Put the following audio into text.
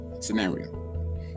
scenario